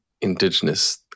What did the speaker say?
indigenous